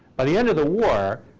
by the end of the war,